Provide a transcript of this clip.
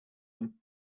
them